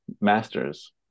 masters